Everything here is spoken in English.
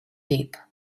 deep